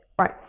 right